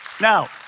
Now